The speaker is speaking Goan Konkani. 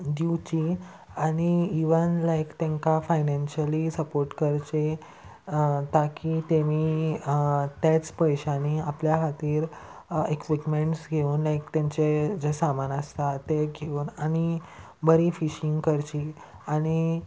दिवची आनी इवन लायक तेंकां फायनॅन्श्यली सपोर्ट करचे ताकी तेमी तेच पयशांनी आपल्या खातीर इक्विपमेंट्स घेवन लायक तेंचें जें सामान आसता तें घेवन आनी बरी फिशींग करची आनी